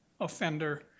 offender